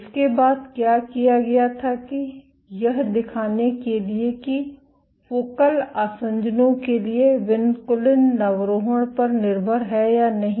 इसके बाद क्या किया गया था कि यह दिखाने के लिए कि फोकल आसंजनों के लिए विनकुलिन नवरोहण पर निर्भर है या नहीं